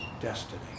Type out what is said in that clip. destiny